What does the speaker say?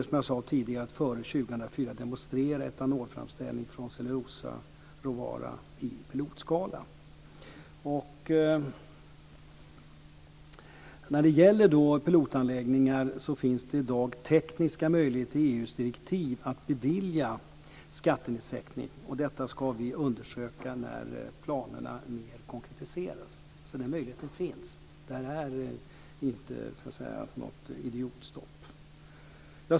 Som jag sade tidigare är målet att före 2004 demonstrera etanolframställning från cellulosaråvara i pilotskala. När det gäller pilotanläggningar så finns det i dag tekniska möjligheter i EU:s direktiv att bevilja skattenedsättning. Detta ska vi undersöka när planerna konkretiseras mer. Möjligheten finns alltså. Det är inte något idiotstopp.